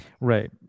Right